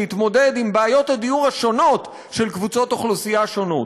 להתמודד עם בעיות הדיור השונות של קבוצות אוכלוסייה שונות.